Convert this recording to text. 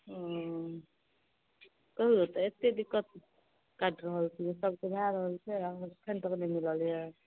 ओ कहियौ तऽ एत्ते दिक्कत काटि रहल छियै सबके भए रहल छै अहाँ सबके अखैन तक नहि मिलल यऽ